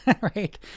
right